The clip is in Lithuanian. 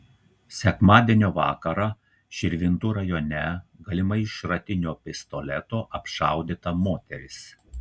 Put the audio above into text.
sekmadienio vakarą širvintų rajone galimai iš šratinio pistoleto apšaudyta moteris